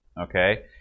Okay